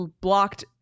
blocked